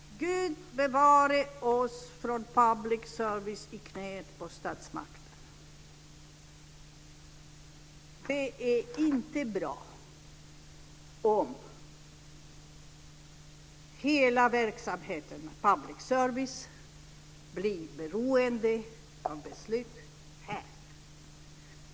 Gud bevare oss från public service i knäet på statsmakterna! Det är inte bra om hela verksamheten inom public service blir beroende av beslut här.